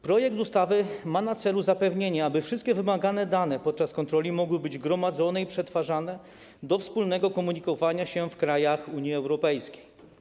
Projekt ustawy ma na celu zapewnienie, aby wszystkie wymagane dane podczas kontroli mogły być gromadzone i przetwarzane w celu wspólnego komunikowania się w krajach Unii Europejskiej.